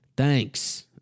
Thanks